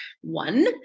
one